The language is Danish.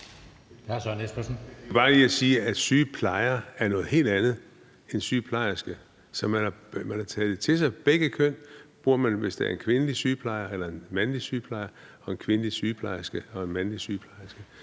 Jeg vil bare lige sige, at »en sygeplejer« er noget helt andet end »en sygeplejerske«. Så man har taget begge ordene til sig, og man bruger dem i forhold til begge køn, altså en kvindelig sygeplejer og en mandlig sygeplejer og en kvindelig sygeplejerske og en mandlig sygeplejerske,